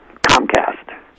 Comcast